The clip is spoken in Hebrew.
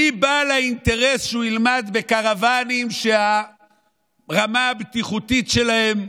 מי בעל האינטרס שהוא ילמד בקרוונים שהרמה בטיחותית שלהם,